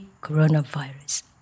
coronavirus